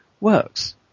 works